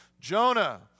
Jonah